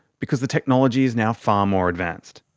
because the technology is now far more advanced.